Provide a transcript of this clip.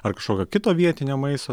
ar kažkokio kito vietinio maisto